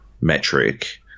metric